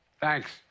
Thanks